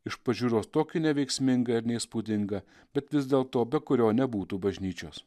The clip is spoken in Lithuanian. iš pažiūros tokį neveiksmingą ir neįspūdingą bet vis dėlto be kurio nebūtų bažnyčios